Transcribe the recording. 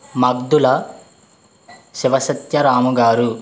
Maddula Siva సత్యరాముగారు